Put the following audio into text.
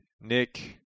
Nick